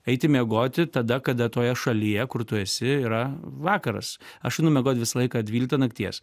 eiti miegoti tada kada toje šalyje kur tu esi yra vakaras aš einu miegot visą laiką dvyliktą nakties